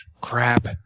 Crap